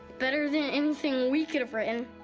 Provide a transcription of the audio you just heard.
better than anything we could have written.